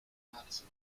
madison